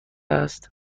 است